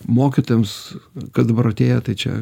mokytojams kad dabar atėję tai čia